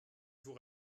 vous